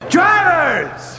Drivers